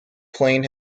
plane